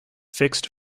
fixed